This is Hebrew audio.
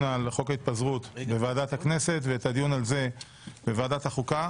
על חוק ההתפזרות בוועדת הכנסת ואת הדיון הזה בוועדת החוקה